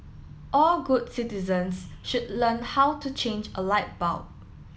all good citizens should learn how to change a light bulb